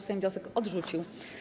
Sejm wniosek odrzucił.